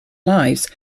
lives